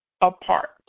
apart